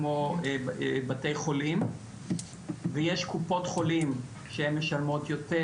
כמו בתי חולים ויש קופות חולים שהן משלמות יותר,